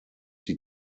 die